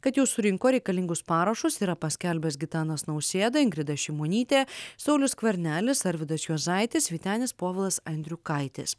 kad jau surinko reikalingus parašus yra paskelbęs gitanas nausėda ingrida šimonytė saulius skvernelis arvydas juozaitis vytenis povilas andriukaitis